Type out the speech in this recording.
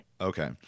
okay